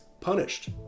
punished